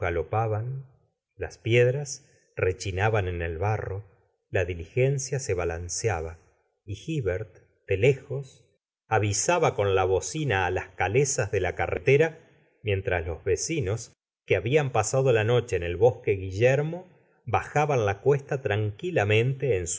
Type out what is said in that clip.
las piedras rechinaban en el barro la diligencia se balanceaba é hivert de lejos avisaba con la bocina á las calesas de la carretera mientras los vecinos que habían pasado la noche en el bosque cguiller mo o bajaban la cuesta tranquilamente en